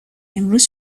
امروز